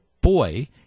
boy